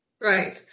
Right